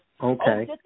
Okay